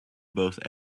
both